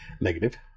Negative